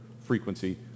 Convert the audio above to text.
frequency